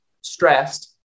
stressed